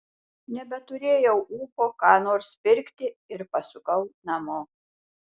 nebeturėjau ūpo ką nors pirkti ir pasukau namo